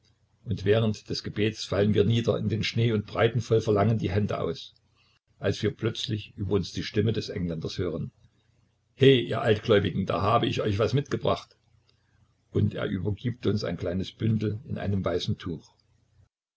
und während des gebetes fallen wir nieder auf den schnee und breiten voll verlangen die hände aus als wir plötzlich über uns die stimme des engländers hören he ihr altgläubigen da habe ich euch was mitgebracht und er übergibt uns ein kleines bündel in einem weißen tuch